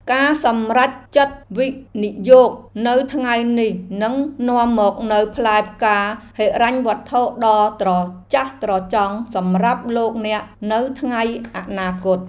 ការសម្រេចចិត្តវិនិយោគនៅថ្ងៃនេះនឹងនាំមកនូវផ្លែផ្កាហិរញ្ញវត្ថុដ៏ត្រចះត្រចង់សម្រាប់លោកអ្នកនៅថ្ងៃអនាគត។